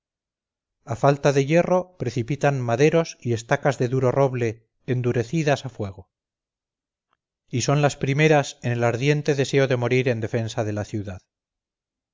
a falta de hierro precipitan maderos y estacas de duro roble endurecidas a fuego y son las primeras en el ardiente deseo de morir en defensa de la ciudad